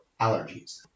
allergies